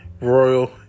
Royal